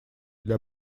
для